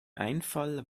einfall